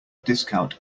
discount